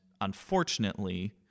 unfortunately